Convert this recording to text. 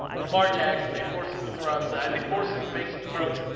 lamar jackson they forced him to throw outside the force and and make some throws